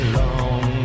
long